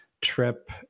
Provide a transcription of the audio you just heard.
trip